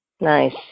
Nice